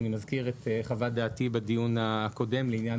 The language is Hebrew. אני מזכיר את חוות דעתי בדיון הקודם לעניין